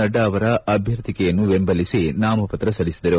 ನಡ್ಡಾ ಅವರ ಅಭ್ಯರ್ಥಿಕೆಯನ್ನು ಬೆಂಬಲಿಸಿ ನಾಮಪತ್ರ ಸಲ್ಲಿಸಿದರು